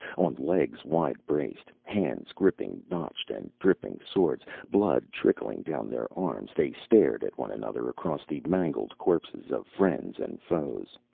on legs wide-braced, hands gripping notched and dripping swords, blood trickling down their arms, they stared at one another across the mangled corpses of friends and foes.